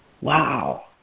Wow